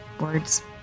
Words